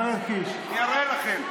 אני אראה לכם.